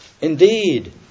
Indeed